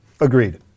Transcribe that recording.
Agreed